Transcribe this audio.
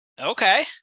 Okay